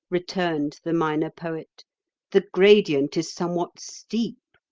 returned the minor poet the gradient is somewhat steep.